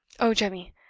oh, jemmy,